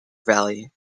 valley